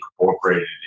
incorporated